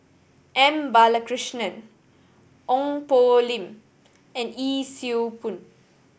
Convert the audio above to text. M Balakrishnan Ong Poh Lim and Yee Siew Pun